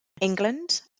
England